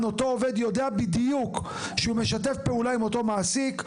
אותו עובד יודע בדיוק שהוא משתף פעולה עם אותו מעסיק,